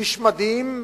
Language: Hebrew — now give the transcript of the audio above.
איש מדהים,